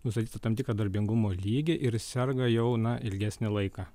nustatytą tam tikrą darbingumo lygį ir serga jau na ilgesnį laiką